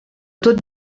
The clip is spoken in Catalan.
tot